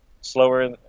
slower